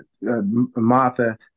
Martha